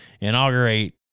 inaugurate